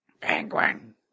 Penguin